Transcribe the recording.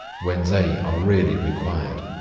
when they are really required.